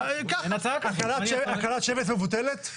הקלת שבס מבוטלת?